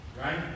right